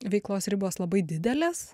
veiklos ribos labai didelės